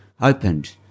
opened